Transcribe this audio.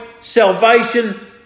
salvation